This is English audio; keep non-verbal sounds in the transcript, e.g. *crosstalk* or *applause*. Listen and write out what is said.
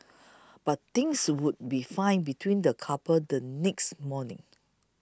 *noise* but things would be fine between the couple the next morning